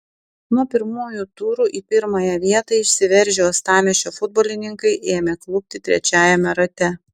nuo pirmųjų turų į pirmąją vietą išsiveržę uostamiesčio futbolininkai ėmė klupti trečiajame rate